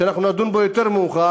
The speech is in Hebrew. אנחנו נדון בו יותר מאוחר,